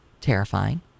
Terrifying